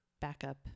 backup